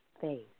faith